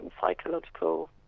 psychological